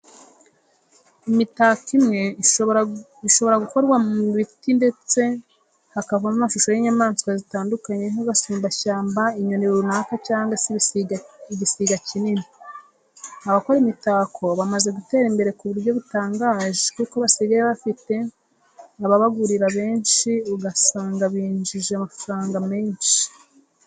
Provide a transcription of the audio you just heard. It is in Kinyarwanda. Imitako imwe ishobora gukorwa mu biti ndetse hakavamo amshusho y'inyamaswa zitandukanye nk'agasumbashyamba, inyoni runaka cyangwa se igisiga kinini. Abakora imitako bamaze gutera imbere ku buryo butangaje kuko basigaye bafite ababagurira benshi ugasanga binjije amafaranga menshi.